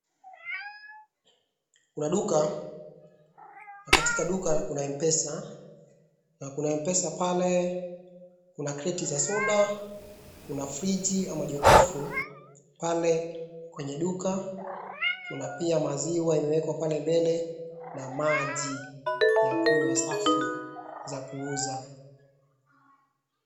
Kuna duka na katika duka kuna Mpesa na Kuna Mpesa pale kuna kreti za soda kuna friji ama jokofu pale kwenye duka. Kuna pia maziwa imewekwa pale mbele na maji ya kunywa safi za kuuza.